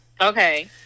Okay